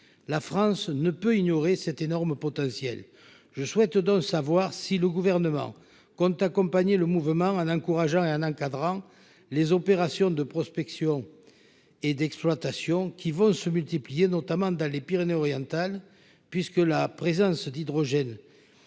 La France ne peut ignorer cet énorme potentiel ! Je souhaite donc savoir si le Gouvernement compte accompagner le mouvement en encourageant et en encadrant les opérations de prospection et d'exploitation, qui vont se multiplier, notamment dans les Pyrénées-Orientales, puisque la présence d'hydrogène